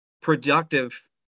productive